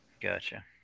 Gotcha